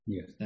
Yes